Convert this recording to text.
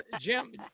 Jim